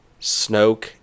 Snoke